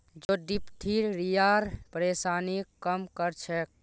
जौ डिप्थिरियार परेशानीक कम कर छेक